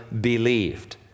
believed